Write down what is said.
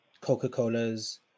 Coca-Cola's